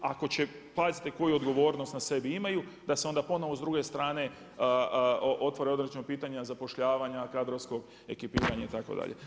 A ako će, pazite, koju odgovornost na sebi imaju, da se onda ponovno s druge strane otvore određena pitanja zaposlenja, kadrovsko ekipiranje itd.